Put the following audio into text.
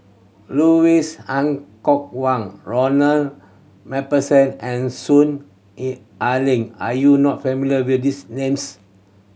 Kok Kwang Ronald Macpherson and Soon Ai Ling are you not familiar with these names